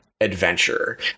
adventure